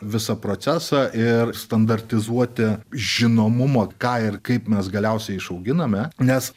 visą procesą ir standartizuoti žinomumo ką ir kaip mes galiausiai išauginame nes